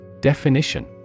Definition